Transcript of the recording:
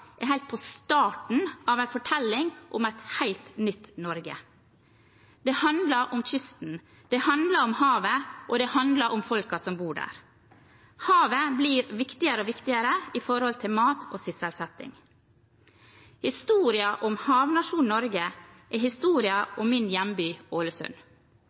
jeg mener vi innen hav og skipsfart er helt i starten av en fortelling om et helt nytt Norge. Det handler om kysten, det handler om havet, og det handler om folket som bor der. Havet blir viktigere og viktigere når det gjelder mat og sysselsetting. Historien om havnasjonen Norge er historien om min hjemby Ålesund.